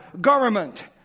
government